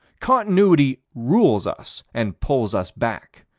continuity rules us and pulls us back.